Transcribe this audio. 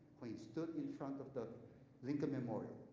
when he stood in front of the lincoln memorial